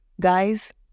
Guys